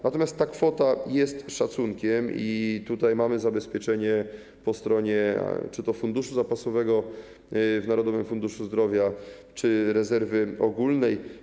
Natomiast ta kwota jest szacunkiem i tutaj mamy zabezpieczenie po stronie czy to funduszu zapasowego w Narodowym Funduszu Zdrowia, czy to rezerwy ogólnej.